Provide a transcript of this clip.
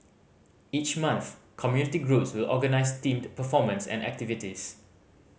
each month community groups will organise themed performances and activities